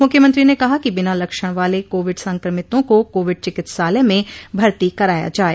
मुख्यमंत्री ने कहा कि बिना लक्षण वाले कोविड संक्रमितों को कोविड चिकित्सालय में भर्ती कराया जाये